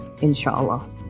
inshallah